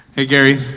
hey gary,